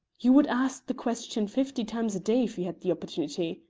you would ask the question fifty times a-day if you had the opportunity.